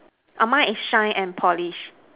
ah mine is shine and polish